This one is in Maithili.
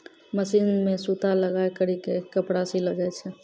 मशीन मे सूता लगाय करी के कपड़ा सिलो जाय छै